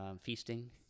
feasting